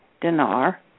dinar